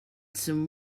some